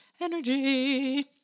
energy